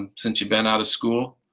and since you've been out of school?